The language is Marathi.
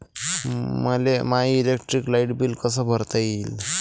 मले माय इलेक्ट्रिक लाईट बिल कस भरता येईल?